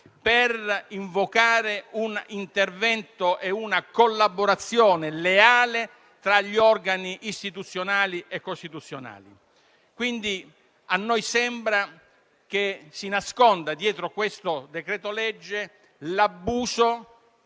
per invocare un intervento e una collaborazione leale tra gli organi istituzionali e costituzionali. A noi quindi sembra che si nasconda, dietro questo decreto-legge, l'abuso